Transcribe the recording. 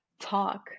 talk